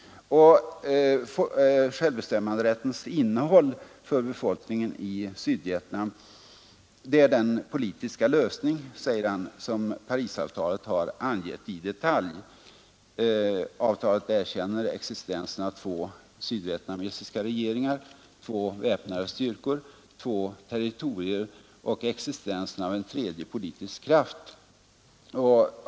Självbestämmanderättens innehåll för befolkningen i Sydvietnam är den politiska lösning, säger han, som Parisavtalet angett i detalj. Avtalet erkänner existensen av två sydvietnamesiska regeringar, två väpnade styrkor, två territorier och en tredje politisk kraft.